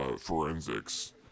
forensics